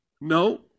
No